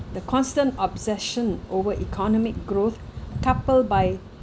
the constant obsession over economic growth coupled by